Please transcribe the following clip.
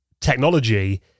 technology